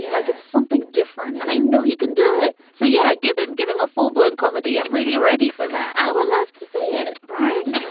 like it's something different and i know he can do it. so yeah give him give him a full blown comedy i'm really ready for that. i would love to see it right.